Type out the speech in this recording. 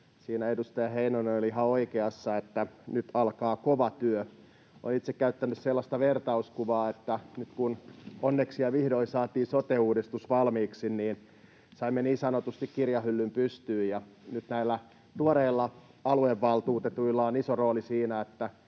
siinä edustaja Heinonen oli ihan oikeassa, että nyt alkaa kova työ. Olen itse käyttänyt sellaista vertauskuvaa, että nyt kun onneksi ja vihdoin saatiin sote-uudistus valmiiksi, niin saimme niin sanotusti kirjahyllyn pystyyn, ja nyt näillä tuoreilla aluevaltuutetuilla on iso rooli siinä,